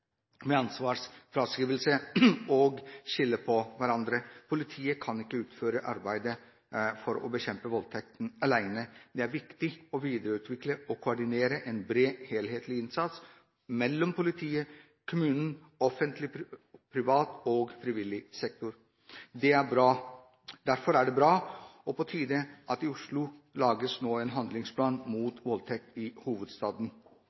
med ansvarsfraskrivelse og slutte å skylde på hverandre. Politiet kan ikke utføre arbeidet med å bekjempe voldtekt alene. Det er viktig å videreutvikle og koordinere en bred, helhetlig innsats mellom politiet, kommunen, offentlig, privat og frivillig sektor. Derfor er det bra og på tide at det i Oslo nå lages en handlingsplan mot voldtekt i hovedstaden.